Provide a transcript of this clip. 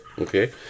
Okay